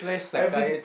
I haven't